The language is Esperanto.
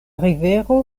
rivero